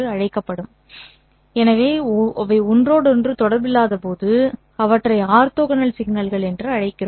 சரி எனவே அவை ஒன்றோடொன்று தொடர்பில்லாதபோது அவற்றை ஆர்த்தோகனல் சிக்னல்கள் என்று அழைக்கிறோம்